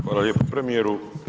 Hvala lijepo premijeru.